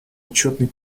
отчетный